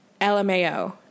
LMAO